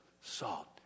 Salt